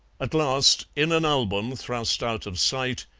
at last, in an album thrust out of sight,